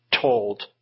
told